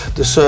Dus